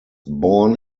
born